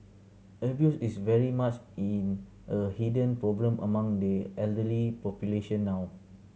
abuse is very much in a hidden problem among the elderly population now